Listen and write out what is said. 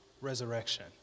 resurrection